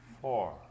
four